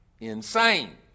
insane